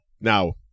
now